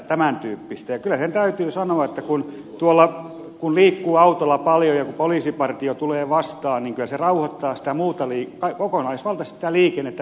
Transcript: ja kyllä täytyy sanoa että kun liikkuu autolla paljon ja poliisipartio tulee vastaan niin kyllä se rauhoittaa kokonaisvaltaisesti liikennettä välittömästi